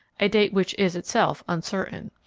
a date which is itself uncertain.